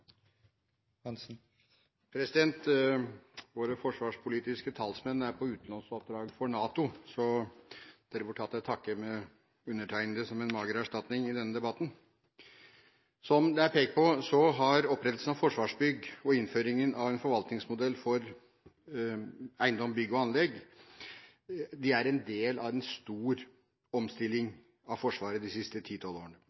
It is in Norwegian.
på utenlandsoppdrag for NATO, så man får ta til takke med undertegnede som en mager erstatning i denne debatten. Som det er pekt på, har opprettelsen av Forsvarsbygg og innføringen av en forvaltningsmodell for eiendom, bygg og anlegg vært en del av en stor omstilling av Forsvaret de siste ti–tolv årene,